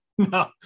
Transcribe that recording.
No